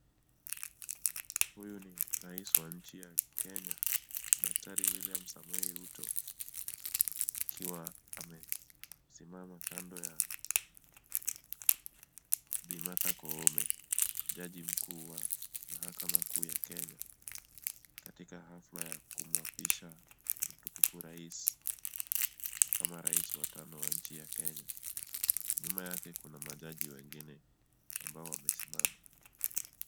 Huyu ni Rais wa nchi ya Kenya, Daktari William Samoei Ruto akiwa amesimama kando ya Bi. Martha Koome jaji mkuu wa mahakama kuu ya Kenya katika hafla ya kumuapisha mtukufu rais kama rais wa tano wa nchi ya Kenya. Nyuma yake kuna majaji wengine ambao wamesimama.